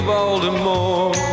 Baltimore